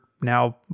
now